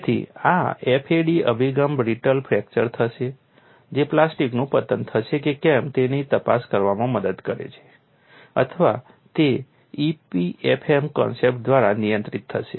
તેથી આ FAD અભિગમ બ્રિટલ ફ્રેક્ચર થશે કે પ્લાસ્ટિકનું પતન થશે કે કેમ તેની તપાસ કરવામાં મદદ કરે છે અથવા તે EPFM કન્સેપ્ટ્સ દ્વારા નિયંત્રિત થશે